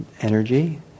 energy